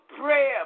prayer